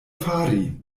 fari